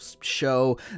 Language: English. show